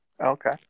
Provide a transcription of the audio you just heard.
Okay